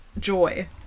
joy